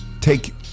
take